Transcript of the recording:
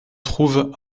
trouve